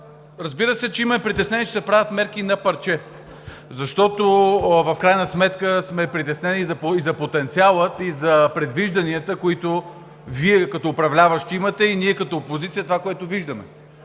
Разбира се, че имаме притеснения, че се правят мерки на парче, защото в крайна сметка сме притеснени и за потенциала, и за предвижданията, които Вие като управляващи имате, и това, което ние